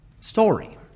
story